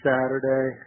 Saturday